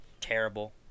terrible